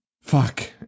Fuck